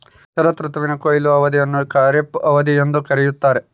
ಶರತ್ ಋತುವಿನ ಕೊಯ್ಲು ಅವಧಿಯನ್ನು ಖಾರಿಫ್ ಅವಧಿ ಎಂದು ಕರೆಯುತ್ತಾರೆ